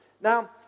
Now